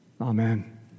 Amen